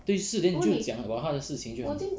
对事 then 你就讲 about 他的事情就好了